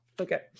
Okay